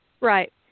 Right